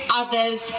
others